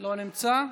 לא נמצא,